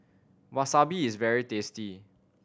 wasabi is very tasty